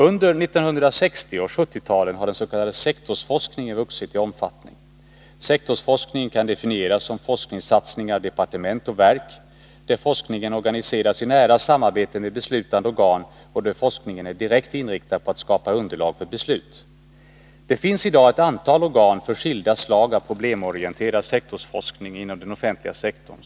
Under 1960 och 1970-talen har den s.k. sektorsforskningen vuxit i omfattning. Sektorsforskning kan definieras som forskningssatsningar av departement och verk, där forskningen organiseras i nära samarbete med beslutande organ och är direkt inriktad på att skapa underlag för beslut. Det finns i dag ett antal organ för skilda slag av problemorienterad sektorsforskning inom den offentliga sektorn.